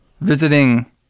visiting